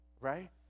right